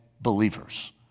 believers